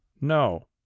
No